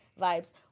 vibes